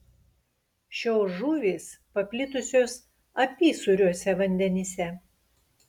šios žuvys paplitusios apysūriuose vandenyse